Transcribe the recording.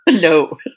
no